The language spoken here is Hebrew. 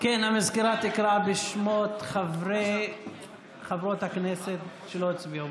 המזכירה תקרא בשמות חברי וחברות הכנסת שלא הצביעו.